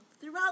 throughout